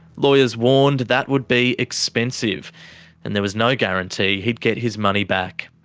lawyers warned that would be expensive and there was no guarantee he'd get his money back.